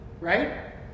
right